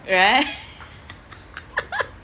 right